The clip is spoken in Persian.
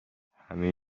همه